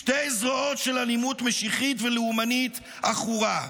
שתי זרועות של אלימות משיחית ולאומנית עכורה.